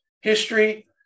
History